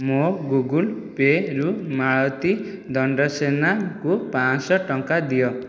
ମୋ ଗୁଗଲ୍ ପେ'ରୁ ମାଳତୀ ଦଣ୍ଡସେନାଙ୍କୁ ପାଞ୍ଚଶହ ଟଙ୍କା ଦିଅ